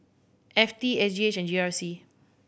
F T S G H and G R C